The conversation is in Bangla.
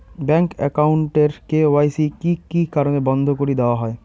ব্যাংক একাউন্ট এর কে.ওয়াই.সি কি কি কারণে বন্ধ করি দেওয়া হয়?